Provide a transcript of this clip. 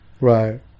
right